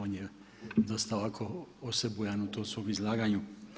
On je dosta ovako osebujan u tom svom izlaganju.